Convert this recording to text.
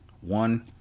one